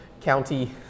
county